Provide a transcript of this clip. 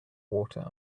water